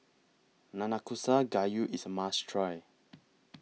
Nanakusa Gayu IS A must Try